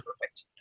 perfect